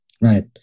Right